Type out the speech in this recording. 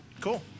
Cool